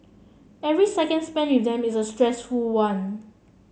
every seconds spent with them is a stressful one